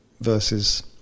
versus